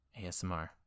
asmr